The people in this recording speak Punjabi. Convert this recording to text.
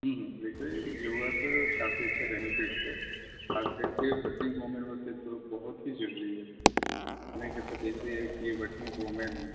ਦੇਖੋ ਇਹ ਯੋਗਾ ਤੋ ਕਾਫ਼ੀ ਅੱਛਾ ਬੈਨੀਫਿਟਸ ਹੈ ਖ਼ਾਸ ਕਰਕੇ ਵਰਕਿੰਗ ਵੋਮੈਨ ਵਾਸਤੇ ਤੋ ਬਹੁਤ ਹੀ ਜ਼ਰੂਰੀ ਹੈ ਜਿਵੇਂ ਕਿ ਆਪਾਂ ਦੇਖਦੇ ਹੈ ਕਿ ਵਰਕਿੰਗ ਵੋਮੈਨ